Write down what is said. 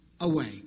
away